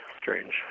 strange